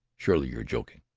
surely you're joking.